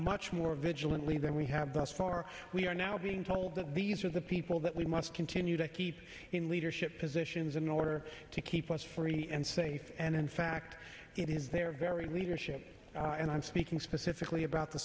much more vigilantly than we have thus far we are now being told that these are the people that we must continue to keep in leadership positions in order to keep us free and safe and in fact it is their very leadership and i'm speaking specifically about the